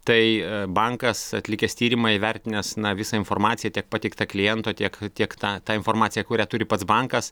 tai bankas atlikęs tyrimą įvertinęs visą informaciją tiek pateiktą kliento tiek tiek tą informaciją kurią turi pats bankas